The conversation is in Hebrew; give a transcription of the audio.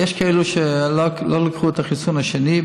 יש כאלה שלא לקחו את החיסון השני,